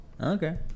Okay